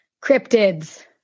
Cryptids